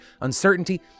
uncertainty